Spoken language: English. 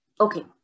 Okay